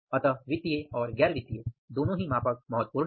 अतः वित्तीय और गैर वित्तीय दोनों मापक महत्वपूर्ण हैं